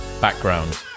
background